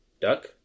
Duck